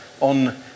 on